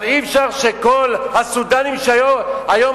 אבל אי-אפשר שכל הסודנים שהיום,